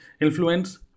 influence